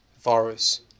virus